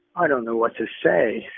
i don't know what to say.